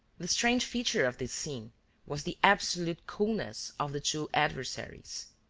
the strange feature of this scene was the absolute coolness of the two adversaries.